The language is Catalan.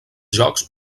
jocs